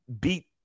beat